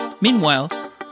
meanwhile